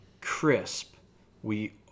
crisp—we